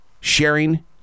sharing